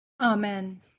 Amen